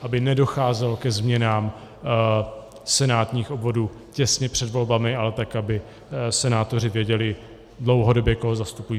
Aby nedocházelo ke změnám senátních obvodů těsně před volbami, ale tak, aby senátoři věděli dlouhodobě, koho zastupují.